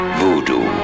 voodoo